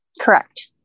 Correct